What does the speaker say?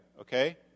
Okay